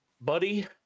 buddy